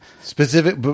Specific